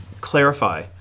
clarify